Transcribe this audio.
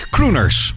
Crooners